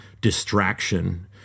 distraction